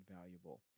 valuable